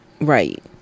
Right